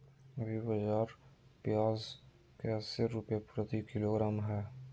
अभी बाजार प्याज कैसे रुपए प्रति किलोग्राम है?